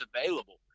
available